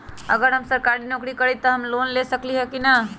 अगर हम सरकारी नौकरी करईले त हम लोन ले सकेली की न?